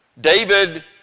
David